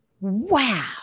Wow